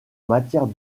matière